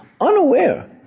unaware